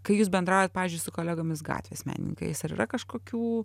kai jūs bendraujat pavyzdžiui su kolegomis gatvės menininkais ar yra kažkokių